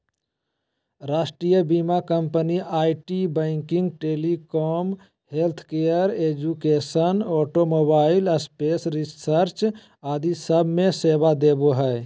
राष्ट्रीय बीमा company IT, banking, telecom, healthcare, education, automobile, space research आदि सब मे सेवा देवो हय